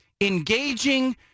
engaging